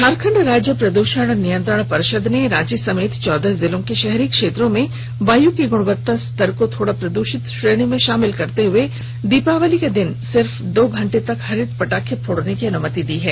झारखंड राज्य प्रद्षण नियंत्रण पर्षद ने रांची समेत चौदह जिलों के शहरी क्षेत्रों में वायु की गुणवत्ता स्तर को थोड़ा प्रदूषित श्रेणी में शामिल करते हुए दीपावली के दिन सिर्फ दो घंटे तक हरित पटाखे फोड़ने की अनुमति दी है